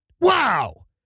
Wow